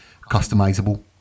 customizable